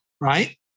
Right